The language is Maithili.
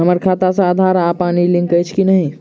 हम्मर खाता सऽ आधार आ पानि लिंक अछि की नहि?